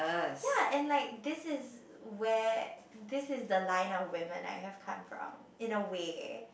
ya and like this is where this is the line of women I have come from in a way